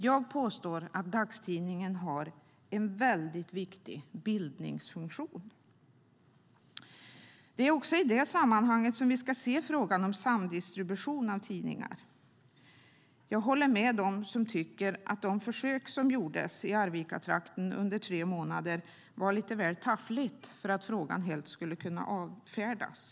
Jag påstår att dagstidningen har en mycket viktig bildningsfunktion. Det är i det sammanhanget vi också ska se frågan om samdistribution av tidningar. Jag håller med dem som tycker att det försök som gjordes i Arvikatrakten under tre månader var lite väl taffligt för att frågan helt skulle kunna avfärdas.